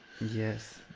Yes